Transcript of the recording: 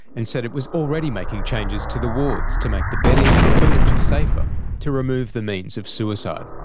and said it was already making changes to the wards, to make the bedding and furniture safer to remove the means of suicide.